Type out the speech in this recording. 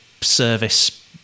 service